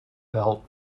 belt